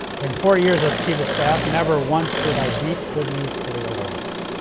in four years as chief of staff never once did i beat good news to the oval office